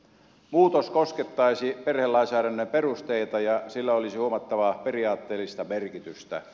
muutos koskettaisi perhelainsäädännön perusteita ja sillä olisi huomat tavaa periaatteellista merkitystä